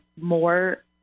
more